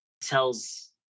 tells